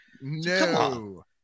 No